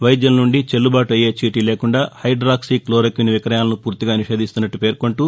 వైద్యుల నుండి చెల్లు బాటు అయ్యే చీటి లేకుండా హైడాక్సీ క్లోరోక్విన్ విక్రయాలను ఫూర్తిగా నిషేధిస్తున్నట్లు పేర్కొంటూ